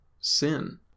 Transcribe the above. sin